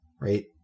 right